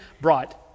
brought